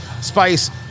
spice